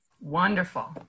Wonderful